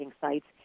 sites